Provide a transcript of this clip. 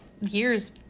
years